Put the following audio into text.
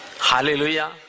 Hallelujah